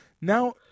Now